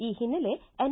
ಈ ಹಿನ್ನೆಲೆ ಎನ್